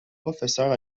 professeur